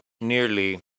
nearly